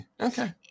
okay